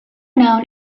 known